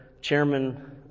chairman